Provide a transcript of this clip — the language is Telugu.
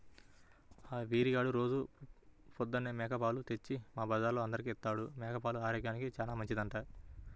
ఆ వీరిగాడు రోజూ పొద్దన్నే మేక పాలు తెచ్చి మా బజార్లో అందరికీ ఇత్తాడు, మేక పాలు ఆరోగ్యానికి చానా మంచిదంట